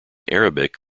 arabic